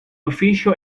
official